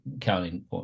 counting